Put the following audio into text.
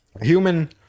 human